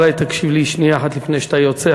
אולי תקשיב לי שנייה אחת לפני שאתה יוצא.